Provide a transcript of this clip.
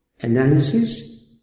analysis